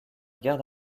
guerre